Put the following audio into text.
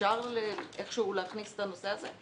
אפשר איכשהו להכניס את הנושא הזה?